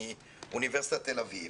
מאוניברסיטת תל-אביב,